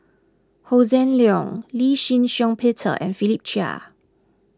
Hossan Leong Lee Shih Shiong Peter and Philip Chia